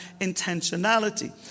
intentionality